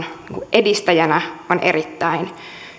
edistäjänä on erittäin